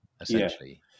essentially